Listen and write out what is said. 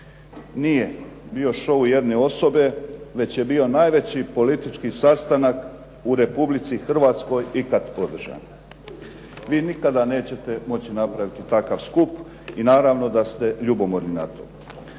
nije bio showu jedne osobe, već je bio najveći politički sastanak u Republici Hrvatskoj ikada održan. Vi nikada nećete moći napraviti takav skup i naravno da ste ljubomorni na to.